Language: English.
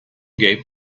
gave